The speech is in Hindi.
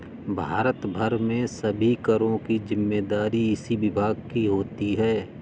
भारत भर में सभी करों की जिम्मेदारी इसी विभाग की होती है